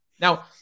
Now